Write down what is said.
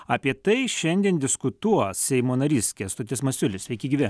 apie tai šiandien diskutuos seimo narys kęstutis masiulis sveiki gyvi